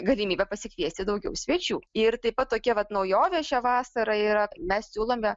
galimybė pasikviesti daugiau svečių ir taip pat tokia vat naujovė šią vasarą yra mes siūlome